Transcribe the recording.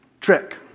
trick